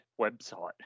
website